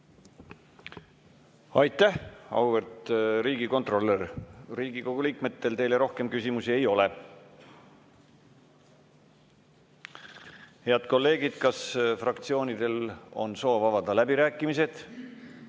Aitäh, auväärt riigikontrolör! Riigikogu liikmetel teile rohkem küsimusi ei ole. Head kolleegid, kas fraktsioonidel on soov avada läbirääkimised?